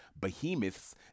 behemoths